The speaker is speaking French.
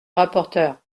rapporteur